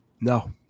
No